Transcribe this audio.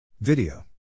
Video